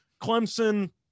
Clemson